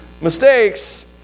mistakes